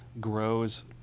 grows